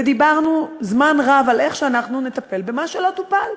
ודיברנו זמן רב על איך אנחנו נטפל במה שלא טופל.